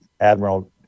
Admiral